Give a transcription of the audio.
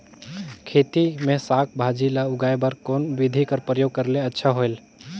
खेती मे साक भाजी ल उगाय बर कोन बिधी कर प्रयोग करले अच्छा होयल?